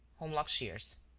holmlock shears.